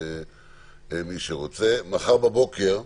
מחר בבוקר,